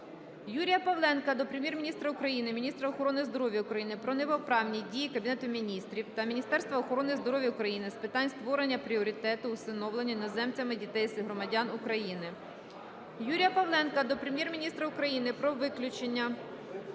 Юрія Павленка до Прем'єр-міністра України, міністра охорони здоров'я України про неправомірні дії Кабінету Міністрів та Міністерства охорони здоров'я України з питань створення пріоритету усиновлення іноземцями дітей-громадян України. Юрія Павленка до Прем'єр-міністра України про виключення